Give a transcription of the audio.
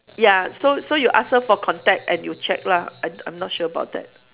ya so so you ask her for contact and you check lah I I'm not sure about that